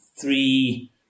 three